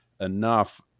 enough